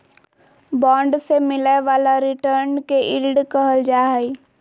bond से मिलय वाला रिटर्न के यील्ड कहल जा हइ